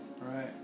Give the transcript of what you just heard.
Right